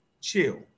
Chill